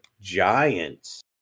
Giants